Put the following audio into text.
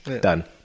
Done